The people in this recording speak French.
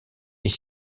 est